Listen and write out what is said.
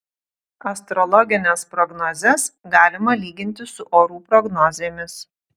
astrologines prognozes galima lyginti su orų prognozėmis